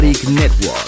Network